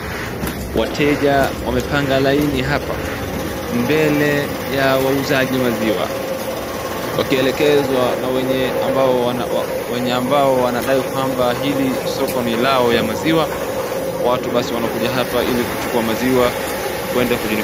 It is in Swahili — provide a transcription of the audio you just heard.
Wateja wamepanga laini hapa mbele ya wauzaji maziwa. Wakielekezwa na wenye ambao wanadai kwamba hili soko ni lao ya maziwa. Watu basi wanakuja hapa ilikuchukua maziwa kwenda kujinufaisha.